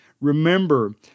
Remember